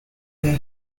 their